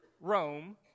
Rome